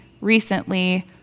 recently